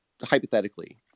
hypothetically